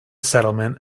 settlement